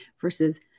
versus